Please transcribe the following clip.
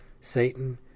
satan